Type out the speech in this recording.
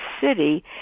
city